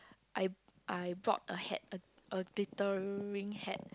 I I brought a hat a a glittering hat